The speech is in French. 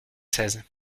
seize